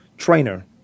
trainer